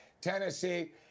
Tennessee